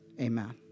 Amen